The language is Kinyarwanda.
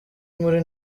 muri